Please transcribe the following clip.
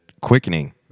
quickening